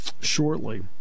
shortly